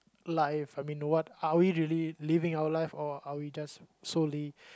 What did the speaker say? life I mean what are we really living our life or are we just solely